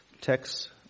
text